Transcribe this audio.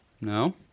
No